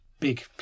big